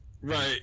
Right